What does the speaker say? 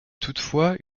toutefois